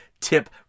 tip